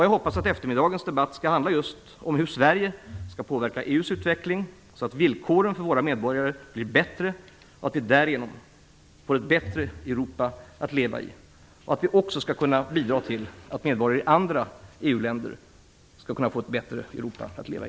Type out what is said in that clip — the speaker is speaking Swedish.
Jag hoppas att eftermiddagens debatt kommer att handla just om hur Sverige skall påverka EU:s utveckling så, att villkoren för våra medborgare blir bättre och vi därigenom får ett bättre Europa att leva i och även så, att vi kan bidra till att medborgare i andra EU-länder får ett bättre Europa att leva i.